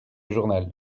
journal